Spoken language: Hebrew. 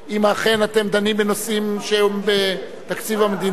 אם אכן אתם דנים בנושאים שהם בתקציב המדינה,